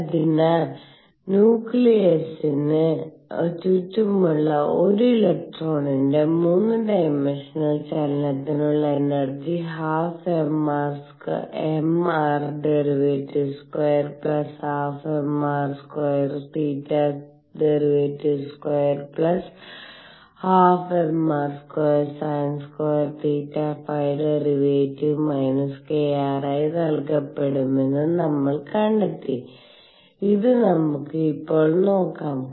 അതിനാൽ ന്യൂക്ലിയസിന് ചുറ്റുമുള്ള ഒരു ഇലക്ട്രോണിന്റെ 3 ഡൈമൻഷണൽ ചലനത്തിനുള്ള എനർജിം ½m r˙2½mr2 θ²˙ ½mr2 sin2 θ ϕ˙²− kr ആയി നൽകപ്പെടുമെന്ന് നമ്മൾ കണ്ടെത്തി ഇത് നമ്മുക്ക് ഇപ്പോൾ നോക്കാം